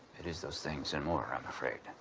it is those things and more i'm afraid.